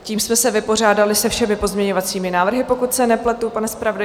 Tím jsme se vypořádali se všemi pozměňovacími návrhy, pokud se nepletu, pane zpravodaji.